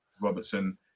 Robertson